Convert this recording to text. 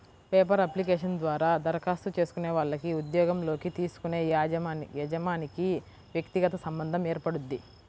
paper application ద్వారా దరఖాస్తు చేసుకునే వాళ్లకి ఉద్యోగంలోకి తీసుకునే యజమానికి వ్యక్తిగత సంబంధం ఏర్పడుద్ది